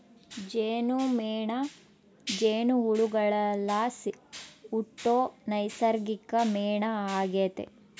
ಜೇನುಮೇಣ ಜೇನುಹುಳುಗುಳ್ಲಾಸಿ ಹುಟ್ಟೋ ನೈಸರ್ಗಿಕ ಮೇಣ ಆಗೆತೆ